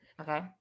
Okay